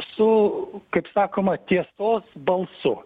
su kaip sakoma tiesos balsu